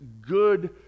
good